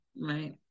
right